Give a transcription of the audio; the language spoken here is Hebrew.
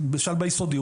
הזה ביסודי,